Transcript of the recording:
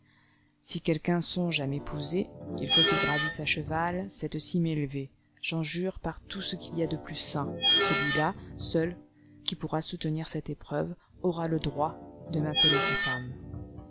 si quelqu'un songe à m'épouser il faut qu'il gravisse à cheval cette cime élevée j'en jure par tout ce qu'il y a de plus saint celui-là seul qui pourra soutenir cette épreuve aura le droit de m'appeler sa femme